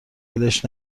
ولش